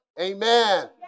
Amen